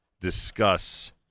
discuss